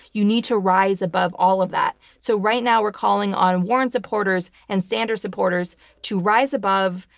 you need to rise above all of that. so right now we're calling on warren supporters and sanders supporters to rise above,